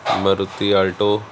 Maruti alto